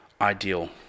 ideal